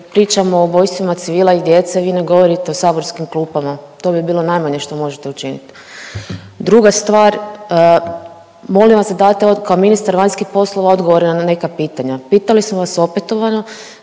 pričamo o ubojstvima civila i djece vi ne govorite o saborskim klupama, to bi bilo najmanje što možete učinit. Druga stvar, molim vas da date kao ministar vanjskih poslova odgovore na neka pitanja. Pitali su vas opetovano